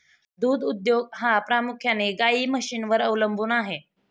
दूध उद्योग हा प्रामुख्याने गाई म्हशींवर अवलंबून आहे